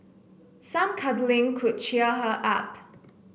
some cuddling could cheer her up